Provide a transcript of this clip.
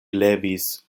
levis